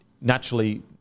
naturally